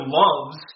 loves